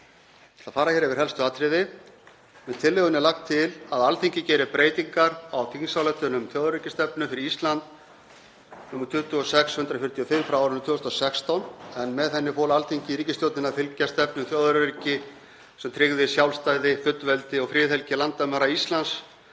að fara hér yfir helstu atriði. Með tillögunni er lagt til að Alþingi geri breytingar á þingsályktun um þjóðaröryggisstefnu fyrir Ísland, nr. 26/145, frá árinu 2016, en með henni fól Alþingi ríkisstjórninni að fylgja stefnu um þjóðaröryggi sem tryggði sjálfstæði, fullveldi og friðhelgi landamæra Íslands,